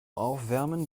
aufwärmen